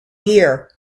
here